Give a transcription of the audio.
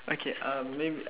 okay uh may~